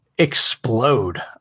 explode